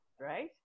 right